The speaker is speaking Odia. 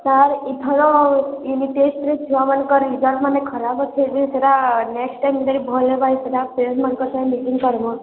ସାର୍ ଏଥର ୟୂନିଟେଷ୍ଟରେ ଛୁଆମାନଙ୍କର ରେଜଲ୍ଟମାନେ ଖରାପ ଅଛି ଯେ ସେଟା ନେଷ୍ଟ୍ ଟାଇମ୍ ଯଦି ଭଲ ହେବା ସେଟା ପାରେଣ୍ଟ୍ମାନଙ୍କ ସାଙ୍ଗେ ମିଟିଙ୍ଗ୍ କର୍ବ